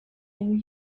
and